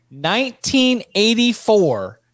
1984